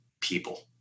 people